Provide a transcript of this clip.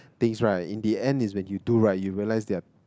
things right in the end is you two right you realize their